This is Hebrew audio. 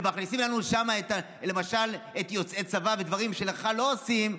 ומכניסים לנו שם למשל את יוצאי הצבא ודברים שלך לא עושים.